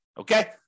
Okay